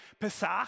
Pesach